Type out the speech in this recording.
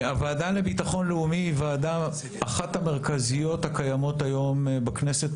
הוועדה לביטחון לאומי היא אחת הוועדות המרכזיות הקיימות היום בכנסת,